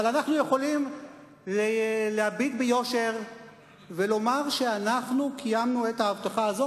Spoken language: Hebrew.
אבל אנחנו יכולים להביט ביושר ולומר שאנחנו קיימנו את ההבטחה הזאת,